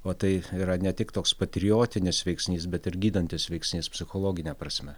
o tai yra ne tik toks patriotinis veiksnys bet ir gydantis veiksnys psichologine prasme